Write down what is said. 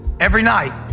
every night.